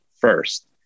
first